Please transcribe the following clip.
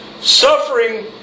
suffering